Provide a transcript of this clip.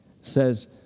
says